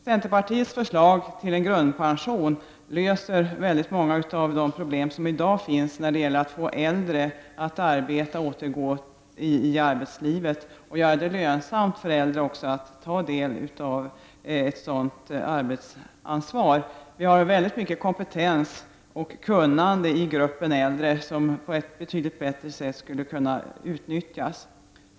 Centerpartiets förslag till en grundpension löser väldigt många av de problem som i dag finns när det gäller att få äldre att arbeta och återgå till arbetslivet samt i vad gäller att göra det lönsamt för äldre att ta del av ett sådant arbetsansvar. Vi har inom äldregruppen väldigt mycket kompetens och kunnande, som på ett betydligt bättre sätt skulle kunna utnyttjas.